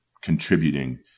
contributing